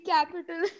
Capital